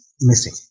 missing